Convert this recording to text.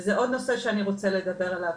וזה עוד נושא שאני רוצה לדבר עליו.